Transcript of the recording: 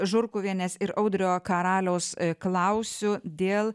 žurkuvienės ir audrio karaliaus klausiu dėl